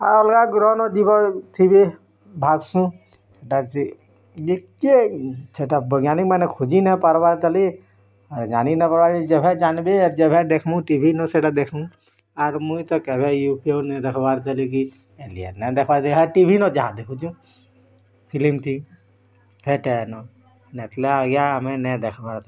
ଆଉ ଅଲଗା ଗ୍ରହ ନ ଜୀବ ଥିବେ ଭାଗ୍ସୁଁ ସେଟା ବୈଜ୍ଞାନିକମାନେ ଖୋଜି ନାଇଁ ପାର୍ବାର୍ ତାଲେ ଆର ଜାନି ନାଇଁ ପାର୍ବା ଯେଭେ ଯାନ୍ବେ ଆର୍ ଯେଭେ ଦେଖ୍ମୁଁ ଟିଭିନୁ ସେଟା ଦେଖମୁଁ ଆରୁ ମୁଇଁ ତ କେଭେ ଦେଖ୍ବାର୍ ଏଲିଆନ୍ ନାଇଁ ଦେଖବାର୍ ଯାହା ଟିଭି ନ ଯାହା ଦେଖୁଛୁଁ ଫିଲ୍ମଟି ନାଥିଲେ ଆଜ୍ଞା ଆମେ ନାଇଁ ଦେଖ୍ବାର୍